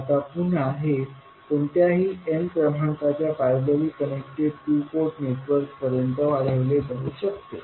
आता पुन्हा हे कोणत्याही n क्रमांकाच्या parallelly connected to port network पर्यंत वाढवले जाऊ शकते